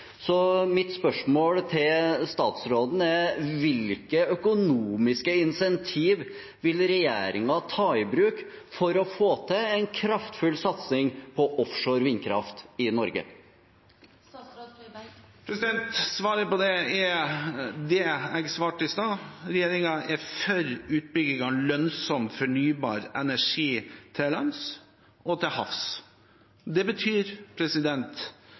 Mitt spørsmål til statsråden er: Hvilke økonomiske incentiver vil regjeringen ta i bruk for å få til en kraftfull satsing på offshore vindkraft i Norge? Svaret på det er det jeg svarte i stad. Regjeringen er for utbygging av lønnsom fornybar energi til lands og til havs. Det betyr